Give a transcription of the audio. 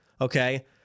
okay